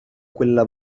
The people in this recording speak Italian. quella